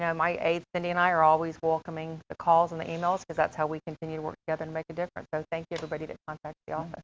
yeah my aide, cindy and i are always welcoming the calls and the emails because that's how we continue to work together and make a difference. so thank you everybody that contacts the ah